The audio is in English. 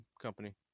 company